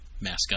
Mascot